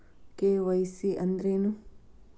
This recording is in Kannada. ಕೆ.ವೈ.ಸಿ ಅಂದ್ರೇನು?